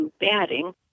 batting